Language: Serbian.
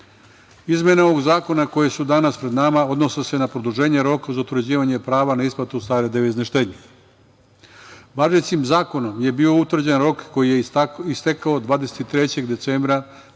Izmene ovog zakona koje su danas pred nama, odnose se na produženje roka za utvrđivanje prava na isplatu stare devizne štednje. Važećim zakonom je bio utvrđen rok koji je istekao 23. decembra